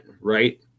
right